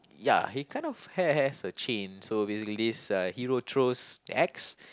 ya he kind of has has a chain so basically this hero throws axe